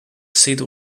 seat